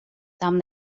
tam